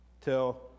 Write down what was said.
till